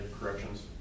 corrections